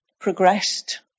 progressed